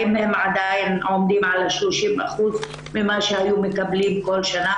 האם הם עדיין עומדים על 30% ממה שהיו מקבלים כל שנה,